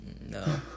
No